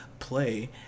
play